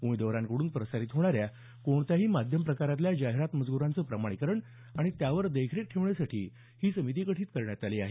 उमेदवारांकडून प्रसारित होणाऱ्या कोणत्याही माध्यम प्रकारातल्या जाहिरात मजकूरांचे प्रमाणीकरण आणि त्यावर देखरेख ठेवण्यासाठी ही समिती गठीत करण्यात आली आहे